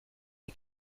est